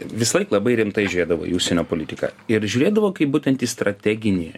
visąlaik labai rimtai žiūrėdavo į užsienio politiką ir žiūrėdavo kaip būtent į strateginį